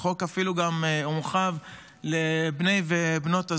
החוק אפילו הורחב לבני ובנות הזוג.